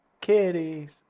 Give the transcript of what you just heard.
Kitties